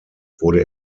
wurde